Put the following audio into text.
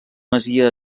masia